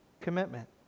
commitment